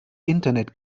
internet